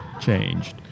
changed